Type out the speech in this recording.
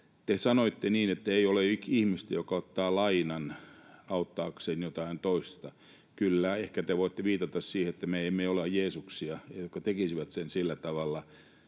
Te sanoitte niin, että ei ole ihmistä, joka ottaa lainan auttaakseen jotain toista. Kyllä, ehkä te voitte viitata siihen, että me emme ole Jeesuksia, jotka tekisivät sen sillä tavalla,